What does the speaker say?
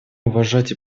уважать